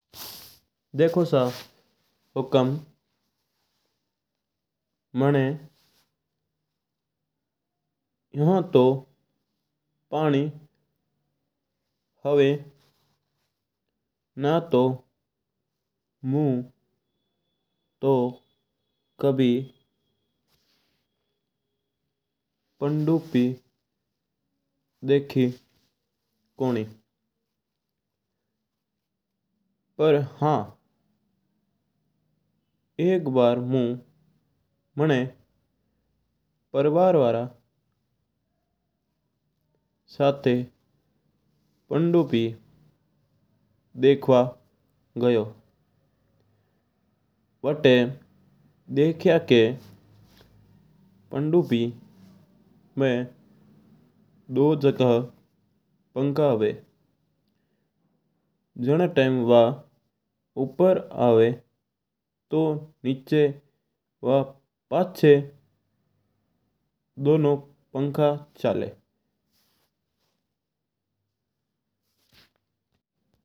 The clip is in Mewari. देखो सा हुकम माणा एउ तो पानी हवा न तो मऊ कभी पनडूबी देखी कोनी। पऱ हाँ एक बार मऊ मारे परिवार वाला सथ पनडूबी देखबा गयो। वत देखिया का पनडूबी में वजगढ़ पंखा हवा जना टाइम वा ऊपर आवां तो और नीचा जावा तो पाछा पंखा चला।